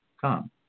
come